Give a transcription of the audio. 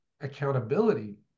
accountability